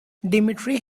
dmitry